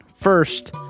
first